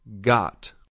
Got